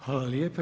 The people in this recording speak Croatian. Hvala lijepa.